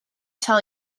tell